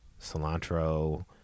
cilantro